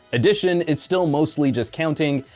addition is still mostly just counting.